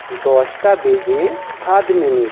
দশটা বেজে সাত মিনিট